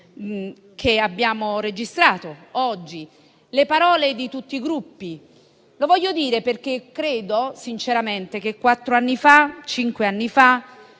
che abbiamo registrato oggi, nelle parole di tutti i Gruppi. Lo voglio dire perché credo sinceramente che quattro o cinque anni fa